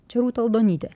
čia rūta aldonytė